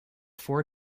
four